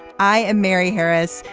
i am mary harris.